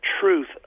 truth